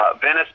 Venice